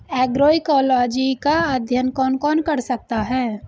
Agroecology का अध्ययन कौन कौन कर सकता है?